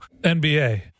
NBA